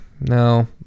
no